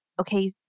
okay